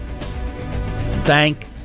Thank